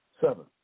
Seven